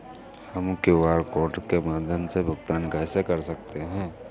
हम QR code के माध्यम से भुगतान कैसे कर सकते हैं?